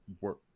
work